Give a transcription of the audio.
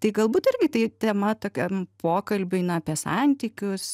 tai galbūt irgi tai tema tokiam pokalbiui na apie santykius